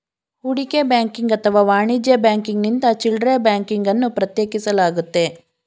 ಹೂಡಿಕೆ ಬ್ಯಾಂಕಿಂಗ್ ಅಥವಾ ವಾಣಿಜ್ಯ ಬ್ಯಾಂಕಿಂಗ್ನಿಂದ ಚಿಲ್ಡ್ರೆ ಬ್ಯಾಂಕಿಂಗ್ ಅನ್ನು ಪ್ರತ್ಯೇಕಿಸಲಾಗುತ್ತೆ